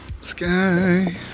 sky